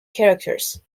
characters